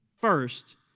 first